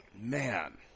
Man